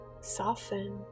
Soften